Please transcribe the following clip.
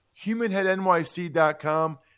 HumanHeadNYC.com